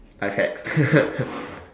life hacks